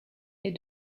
est